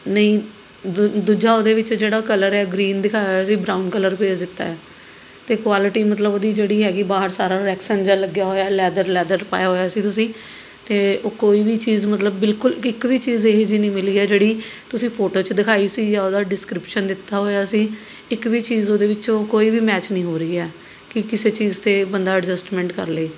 ਨਹੀਂ ਦੂ ਦੂਜਾ ਉਹਦੇ ਵਿੱਚ ਜਿਹੜਾ ਕਲਰ ਹੈ ਗਰੀਨ ਦਿਖਾਇਆ ਹੋਇਆ ਸੀ ਬਰਾਊਨ ਕਲਰ ਭੇਜ ਦਿੱਤਾ ਹੈ ਅਤੇ ਕੁਆਲਿਟੀ ਮਤਲਬ ਉਹਦੀ ਜਿਹੜੀ ਹੈਗੀ ਬਾਹਰ ਸਾਰਾ ਰਿਐਕਸ਼ਨ ਜਿਹਾ ਲੱਗਿਆ ਹੋਇਆ ਲੈਦਰ ਲੈਦਰ ਪਾਇਆ ਹੋਇਆ ਸੀ ਤੁਸੀਂ ਅਤੇ ਉਹ ਕੋਈ ਵੀ ਚੀਜ਼ ਮਤਲਬ ਬਿਲਕੁਲ ਇੱਕ ਵੀ ਚੀਜ਼ ਇਹੋ ਜਿਹੀ ਨਹੀਂ ਮਿਲੀ ਹੈ ਜਿਹੜੀ ਤੁਸੀਂ ਫੋਟੋ 'ਚ ਦਿਖਾਈ ਸੀ ਜਾਂ ਉਹਦਾ ਡਿਸਕ੍ਰਿਪਸ਼ਨ ਦਿੱਤਾ ਹੋਇਆ ਸੀ ਇੱਕ ਵੀ ਚੀਜ਼ ਉਹਦੇ ਵਿੱਚੋਂ ਕੋਈ ਵੀ ਮੈਚ ਨਹੀਂ ਹੋ ਰਹੀ ਹੈ ਕਿ ਕਿਸੇ ਚੀਜ਼ 'ਤੇ ਬੰਦਾ ਐਡਜਸਟਮੈਂਟ ਕਰ ਲਵੇ